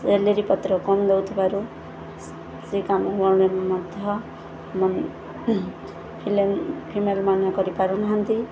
salary ପତ୍ର କମ ଦଉଥିବାରୁ ସେ କାମ ଗଣ ମଧ୍ୟ ଫିଲେମ ଫିମେଲ ମାନ କରିପାରୁନାହାନ୍ତି